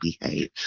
behave